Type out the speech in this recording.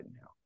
now